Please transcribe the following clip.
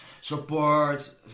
support